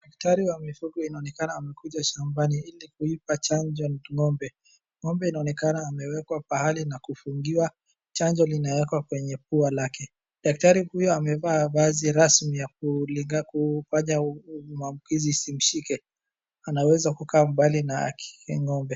Daktari wa mifugo inaonekana amekuja shambani ili kuipa chanjo ng'ombe. Ng'ombe inaonekana amewekwa pahali na kifungiwa, chanjo linawekwa kwenye pua lake, daktari huyu amevaa vazi rasmi ya kufanya maambukizi isimshike, anaweza kukaa mbali na ng'ombe.